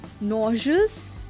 nauseous